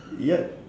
yup